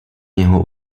něho